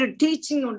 teaching